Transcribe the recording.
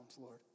Lord